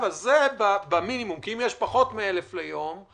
זה המינימום, כי אם יש פחות מ-1,000 ליום,